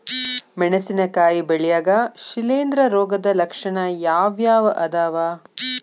ಮೆಣಸಿನಕಾಯಿ ಬೆಳ್ಯಾಗ್ ಶಿಲೇಂಧ್ರ ರೋಗದ ಲಕ್ಷಣ ಯಾವ್ಯಾವ್ ಅದಾವ್?